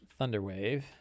Thunderwave